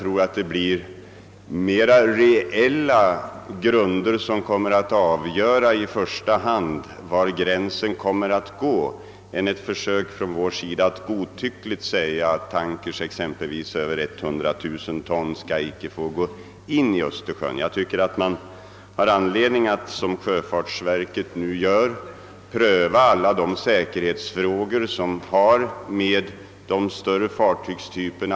Vi måste dock ha mera reella grunder för att avgöra var gränsen skall gå än att godtyckligt försöka sätta den vid tankers över 100 000 ton. Man har anledning att, som sjöfartsverket nu gör, pröva de frågor som hänger samman med de större fartygstyperna.